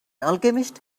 alchemist